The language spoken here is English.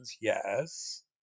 yes